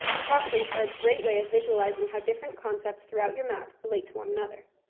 cross-links are a great way of visualizing how different concepts throughout your map relate to one another.